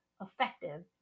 effective